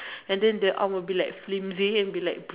and then the arm would be like flimsy and be like bu~